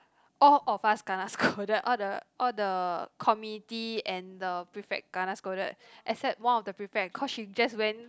all of us kena scolded all the all the committee and the prefect kena scolded except one of the prefect cause she just went